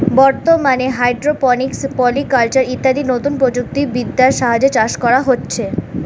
বর্তমানে hydroponics, polyculture ইত্যাদি নতুন প্রযুক্তি বিদ্যার সাহায্যে চাষ করা হচ্ছে